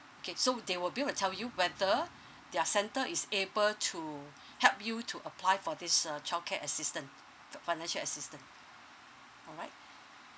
K so they will be able to tell you whether their centre is able to help you to apply for this uh childcare assistance the financial assistance all right